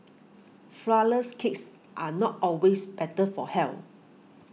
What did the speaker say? Flourless Cakes are not always better for health